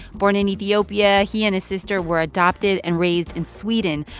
born in ethiopia, he and his sister were adopted and raised in sweden,